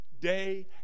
Day